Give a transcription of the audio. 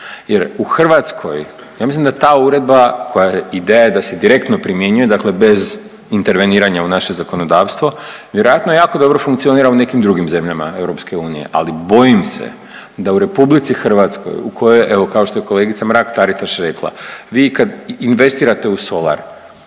Jer u Hrvatskoj, ja mislim da ta uredba koja je, ideja je da se direktno primjenjuje, dakle bez interveniranja u naše zakonodavstvo vjerojatno jako dobro funkcionira u nekim drugim zemljama EU. Ali bojim se da u Republici Hrvatskoj u kojoj, evo kao što je kolegica Mrak-Taritaš rekla vi kad investirate u solar